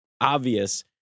obvious